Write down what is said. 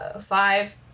five